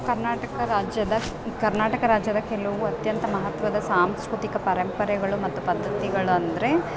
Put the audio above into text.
ಕರ್ನಾಟಕ ರಾಜ್ಯದ ಕರ್ನಾಟಕ ರಾಜ್ಯದ ಕೆಲವು ಅತ್ಯಂತ ಮಹತ್ವದ ಸಾಂಸ್ಕೃತಿಕ ಪರಂಪರೆಗಳು ಮತ್ತು ಪದ್ದತಿಗಳಂದರೆ